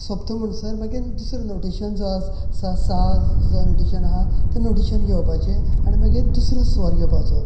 सोंपता म्हणासर मागीर दुसरो नोटीशन जो आसा सा साज जो नोटीशन आसा नोटीशन घेवपाचे आनी मागीर दुसरो स्वर घेवपाचो